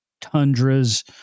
Tundras